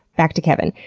back to kevin.